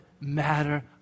matter